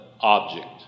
object